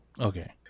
Okay